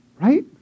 Right